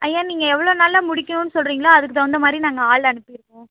ஐயா நீங்கள் எவ்வளோ நாளில் முடிக்கணும்னு சொல்கிறீங்களோ அதுக்கு தகுந்த மாதிரி நாங்கள் ஆள் அனுப்பிடுவோம்